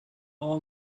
all